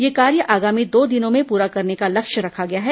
यह कार्य आगामी दो दिनों में पूरा करने का लक्ष्य रखा गया है